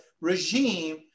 regime